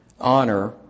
honor